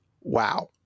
Wow